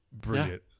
brilliant